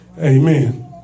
Amen